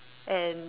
and